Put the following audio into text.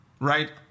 Right